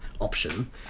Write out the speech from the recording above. option